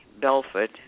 Belford